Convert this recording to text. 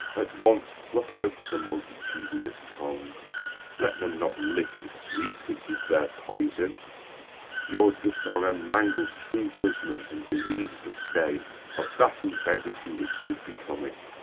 at once pluck out the multitudinous tongue let them not lick the sweet which is their poison your dishonour mangles true judgment, and bereaves the state of that integrity which should become't